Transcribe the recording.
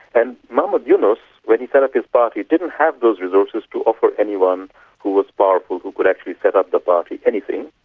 and muhummad yunus, when he set up his party, didn't have those resources to offer anyone who was powerful who could actually set up the party, anything,